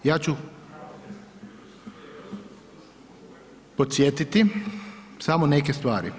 Ja ću podsjetiti samo neke stvari.